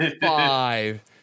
five